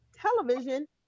television